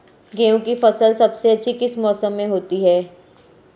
गेंहू की फसल सबसे अच्छी किस मौसम में होती है?